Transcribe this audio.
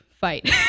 fight